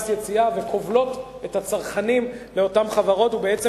קנס יציאה כובלים את הצרכנים לאותן חברות ובעצם